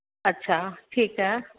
अच्छा ठीकु आहे